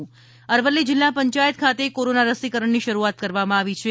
અરવલ્લી રસીકરણ અરવલ્લી જિલ્લા પંચાયત ખાતે કોરોના રસીકરણની શરૂઆત કરવામાં આવી છે